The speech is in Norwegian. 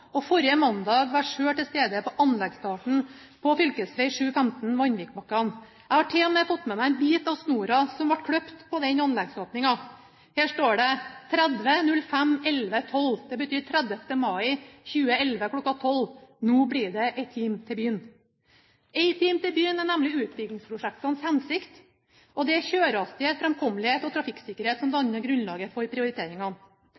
Leksvik–Vanvikan. Forrige mandag var jeg selv til stede på anleggsstarten på fv. 715 Vanvikbakkene. Jeg har til og med fått med meg en bit av snoren som ble klippet på den anleggsåpningen. Her står det: 30-05-11–12. Det betyr 30. mai 2011 kl. 12. Nå blir det «Ei tim’ te’ by’n». «Ei tim’ te’ by’n» er nemlig utbyggingsprosjektenes hensikt, og det er kjørehastighet, framkommelighet og trafikksikkerhet som